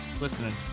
listening